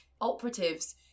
operatives